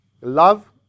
Love